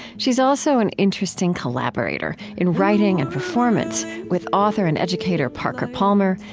she's also an interesting collaborator in writing and performance with author and educator parker palmer,